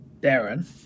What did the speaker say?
Darren